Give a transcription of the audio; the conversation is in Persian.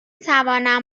توانم